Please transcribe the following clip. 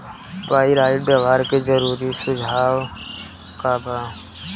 Pyrite व्यवहार के जरूरी सुझाव का वा?